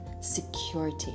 security